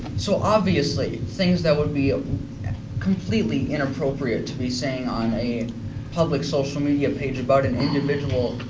so obviously things that would be ah completely inappropriate to be saying on a public social media page about an individual